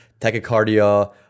tachycardia